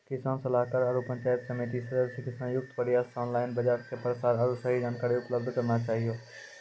किसान सलाहाकार आरु पंचायत समिति सदस्य के संयुक्त प्रयास से ऑनलाइन बाजार के प्रसार आरु सही जानकारी उपलब्ध करना चाहियो?